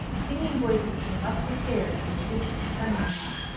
singing voices came up the stairs from the distant dining-hall.